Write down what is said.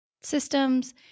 systems